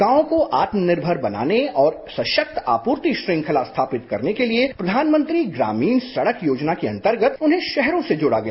गांवों को आत्मनिर्भर बनाने और सशक्त आपूर्ति श्रृंखला स्थापित करने के लिए प्रधानमंत्री ग्रामीण सड़क योजना के अंतर्गत उन्हें शहरों से जोड़ा गया